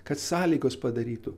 kad sąlygos padarytų